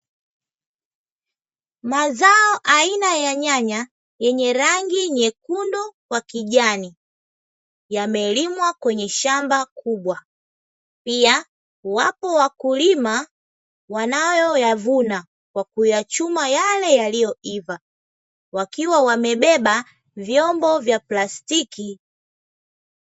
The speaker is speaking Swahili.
Mazao aina ya nyanya, yenye rangi nyekundu kwa kijani, yamelimwa kwenye shamba kubwa, pia wapo wakulima wanayoyavuna wakiyachuma yale yaliyoiva, wakiwa wamebeba vyombo vya plastiki.